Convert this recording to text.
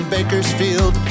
Bakersfield